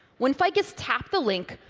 when ficus tapped the link,